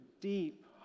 deep